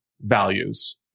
values